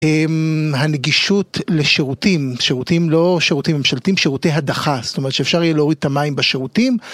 הנגישות לשירותים, שירותים לא שירותים ממשלתיים, שירותי הדחה, זאת אומרת שאפשר יהיה להוריד את המים בשירותים